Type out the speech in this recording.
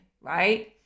right